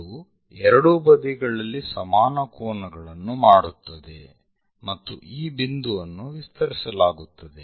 ಇದು ಎರಡೂ ಬದಿಗಳಲ್ಲಿ ಸಮಾನ ಕೋನಗಳನ್ನು ಮಾಡುತ್ತದೆ ಮತ್ತು ಈ ಬಿಂದುವನ್ನು ವಿಸ್ತರಿಸಲಾಗುತ್ತದೆ